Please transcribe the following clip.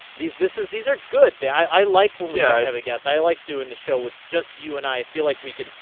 these this is these are good the i like when we yeah have a guess i like doing the show with. just you and i feel like we can.